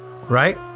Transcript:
right